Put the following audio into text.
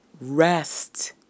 rest